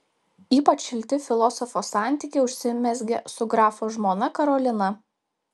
ypač šilti filosofo santykiai užsimezgė su grafo žmona karolina